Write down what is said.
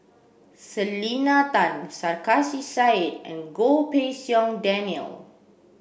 Selena Tan Sarkasi Said and Goh Pei Siong Daniel